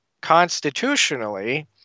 Constitutionally